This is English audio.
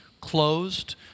closed